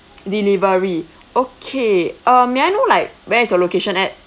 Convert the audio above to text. delivery okay uh may I know like where is your location at